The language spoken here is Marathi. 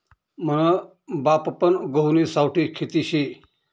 मना बापपन गहुनी सावठी खेती शे